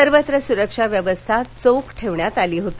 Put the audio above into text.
सर्वत्र सुरक्षा व्यवस्था चोख ठेवण्यात आली होती